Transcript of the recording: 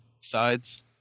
sides